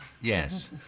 yes